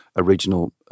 original